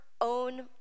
own